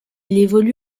évolue